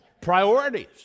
Priorities